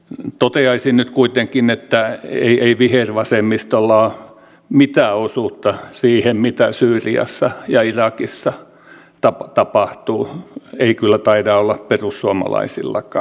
toteaisin nyt kuitenkin että ei vihervasemmistolla ole mitään osuutta siihen mitä syyriassa ja irakissa tapahtuu ei kyllä taida olla perussuomalaisillakaan